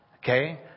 Okay